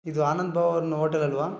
ಇದು ಆನಂದ್ ಭವನ್ ಓಟೆಲ್ ಅಲ್ಲವಾ